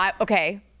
Okay